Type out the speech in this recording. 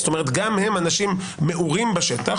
זאת אומרת, גם הם אנשים מעורים בשטח.